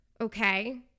Okay